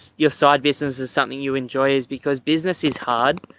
your side business is something you enjoy is because business is hard.